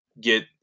get